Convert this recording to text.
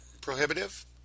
prohibitive